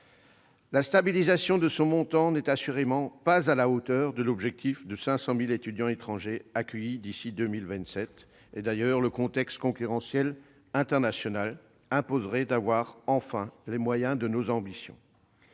La stabilisation de son montant n'est assurément pas à la hauteur de l'objectif de 500 000 étudiants étrangers accueillis d'ici à 2027. Le contexte concurrentiel international imposerait d'avoir enfin les moyens de nos ambitions.